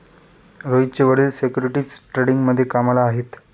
रोहितचे वडील सिक्युरिटीज ट्रेडिंगमध्ये कामाला आहेत